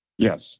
Yes